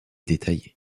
détaillée